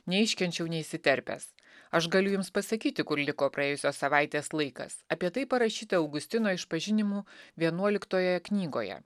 neiškenčiau neįsiterpęs aš galiu jums pasakyti kur liko praėjusios savaitės laikas apie tai parašyta augustino išpažinimų vienuoliktoje knygoje